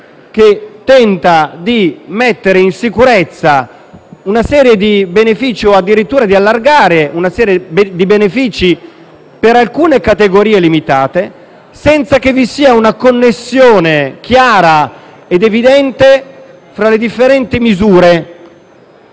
che tenta di mettere in sicurezza una serie di benefici, o addirittura di ampliare alcuni benefici per categorie limitate, senza che vi sia una connessione chiara ed evidente fra le differenti misure.